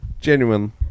genuine